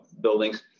buildings